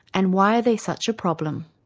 and why are they such a problem?